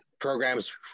programs